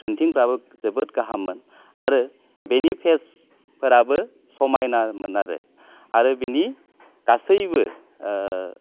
painting फ्राबो जोबोद गाहाममोन आरो बेनि फेज फोराबो समायनामोन आरो आरो बेनि गासैबो